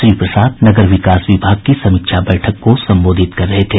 श्री प्रसाद नगर विकास विभाग की समीक्षा बैठक को संबोधित कर रहे थे